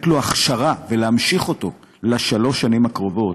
לו הכשרה ולהמשיך אותו לשלוש השנים הקרובות,